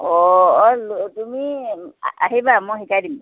অঁ অঁ তুমি আহিবা মই শিকাই দিম